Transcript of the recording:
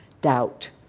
doubt